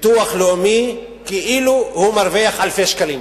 ביטוח לאומי כאילו הוא מרוויח אלפי שקלים,